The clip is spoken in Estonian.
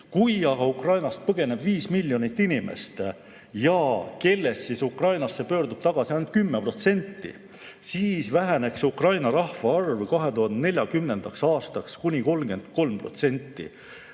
Kui aga Ukrainast põgeneb 5 miljonit inimest, kellest Ukrainasse pöördub tagasi ainult 10%, siis väheneks Ukraina rahvaarv 2040. aastaks kuni 33%,